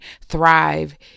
thrive